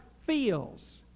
feels